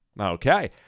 Okay